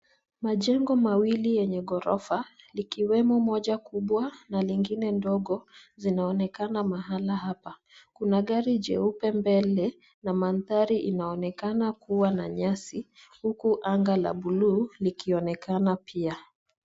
Majengo mawili yenye gorofa, likiwemo moja kubwa na lingine ndogo, zinaonekana mahala hapa. Kuna gari jeupe mbele na mandhari inaonekana kuwa na nyasi, huku anga la bluu likionekana pia.